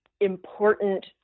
important